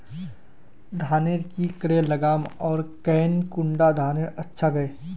धानेर की करे लगाम ओर कौन कुंडा धानेर अच्छा गे?